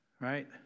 right